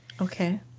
Okay